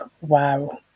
wow